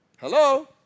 Hello